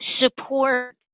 support